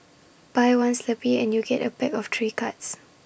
buy one Slurpee and you get A pack of three cards